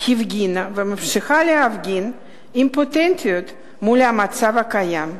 הפגינה וממשיכה להפגין אימפוטנטיות מול המצב הקיים,